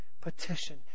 petition